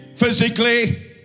Physically